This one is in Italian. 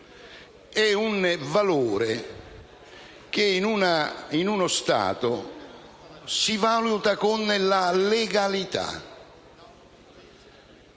è un valore che in uno Stato si valuta con la legalità.